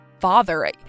father